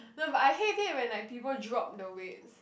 no but I hate it when like people drop the weights